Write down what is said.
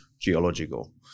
geological